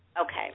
Okay